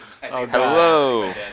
Hello